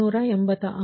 44 0